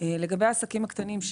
לגבי העסקים הקטנים,